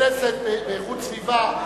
בנושא איכות סביבה,